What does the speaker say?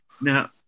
Now